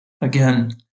Again